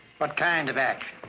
but kind of action?